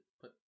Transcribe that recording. put